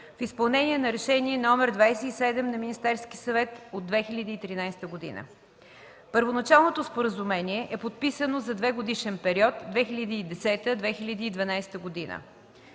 в изпълнение на Решение № 27 на Министерския съвет от 2013 г. Първоначалното споразумение е подписано за двегодишен период 2010-2012 г.